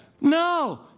No